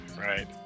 right